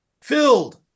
filled